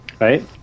Right